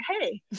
hey